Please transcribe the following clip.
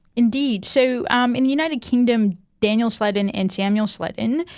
indeed, so um in the united kingdom daniel sledden and samuel sledden,